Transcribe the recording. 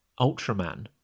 Ultraman